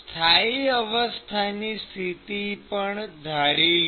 સ્થાયી અવસ્થાની સ્થિતિ પણ ધારી લો